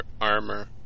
armor